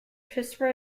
christopher